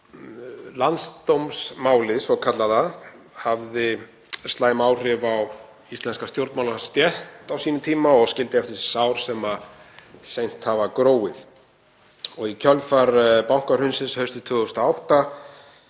Landsdómsmálið svokallaða hafði slæm áhrif á íslenska stjórnmálastétt á sínum tíma og skildi eftir sig sár sem seint hafa gróið. Í kjölfar bankahrunsins haustið 2008